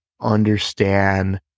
understand